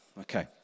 okay